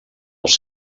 els